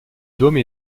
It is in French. dôme